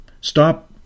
stop